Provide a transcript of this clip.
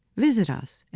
visit us and